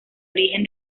origen